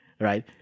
right